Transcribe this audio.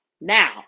now